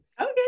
Okay